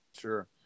Sure